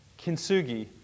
Kintsugi